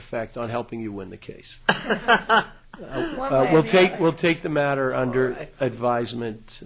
effect on helping you win the case we'll take we'll take the matter under advisement